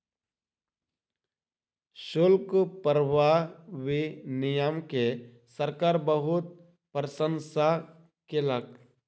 शुल्क प्रभावी नियम के सरकार बहुत प्रशंसा केलक